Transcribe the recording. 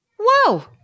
Whoa